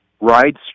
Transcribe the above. rides